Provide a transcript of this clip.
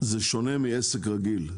וזה שונה מעסק רגיל.